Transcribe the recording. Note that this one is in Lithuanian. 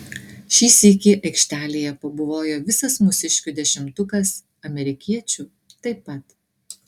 šį sykį aikštelėje pabuvojo visas mūsiškių dešimtukas amerikiečių taip pat